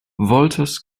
wolters